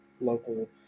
local